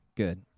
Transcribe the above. good